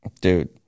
Dude